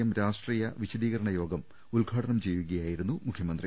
M രാഷ്ട്രീയ വിശദീകരണ യോഗം ഉദ്ഘാടനം ചെയ്യുകയായി രുന്നു മുഖ്യമന്ത്രി